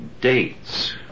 dates